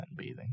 sunbathing